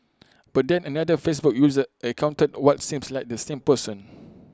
but then another Facebook user encountered what seemed like the same person